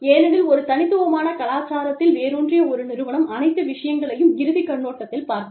ஏனெனில் ஒரு தனித்துவமான கலாச்சாரத்தில் வேரூன்றிய ஒரு நிறுவனம் அனைத்து விஷயங்களையும் இறுதி கண்ணோட்டத்தில் பார்க்கும்